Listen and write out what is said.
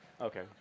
Okay